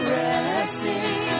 resting